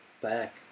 Back